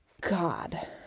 god